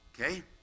Okay